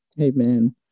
Amen